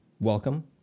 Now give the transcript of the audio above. welcome